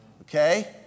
Okay